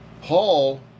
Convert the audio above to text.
Paul